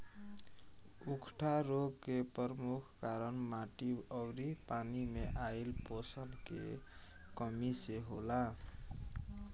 उकठा रोग के परमुख कारन माटी अउरी पानी मे आइल पोषण के कमी से होला